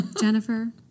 Jennifer